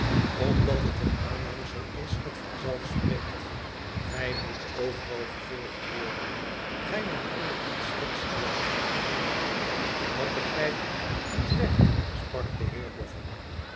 omdat het een aanhangsel is dat van zelf spreekt gij moet overal gevolgd worden gij moet onder inspectie blijven dat begrijp ik niet recht sprak de